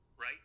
right